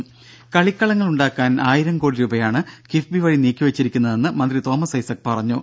ദേദ കളിക്കളങ്ങൾ ഉണ്ടാക്കാൻ ആയിരം കോടി രൂപയാണ് കിഫ്ബി വഴി നീക്കിവെച്ചിരിക്കുന്നതെന്ന് മന്ത്രി തോമസ് ഐസക് പറഞ്ഞു